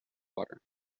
water